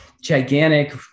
gigantic